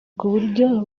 kuburyo